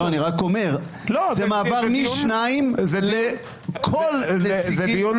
אני רק אומר שזה מעבר משניים לכל הנציגים